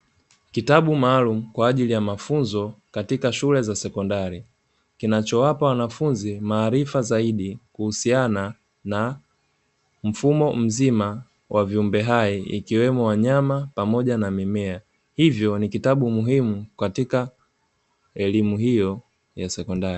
Kitabu maalumu kwa ajili ya mafunzo katika shule za sekondari, kinachowapa wanafunzi maarifa zaidi kuhusiana na mfumo mzima wa viumbe hai, ikiwemo; wanyama pamoja na mimea, hivyo ni kitabu muhimu katika elimu hiyo ya sekondari.